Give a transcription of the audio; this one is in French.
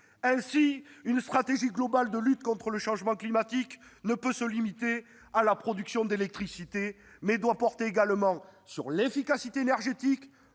Ainsi, une stratégie globale de lutte contre le changement climatique ne peut se limiter à la production d'électricité, mais doit porter également sur l'efficacité énergétique,